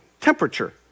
temperature